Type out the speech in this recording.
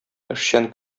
эшчән